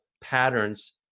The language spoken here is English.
patterns